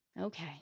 okay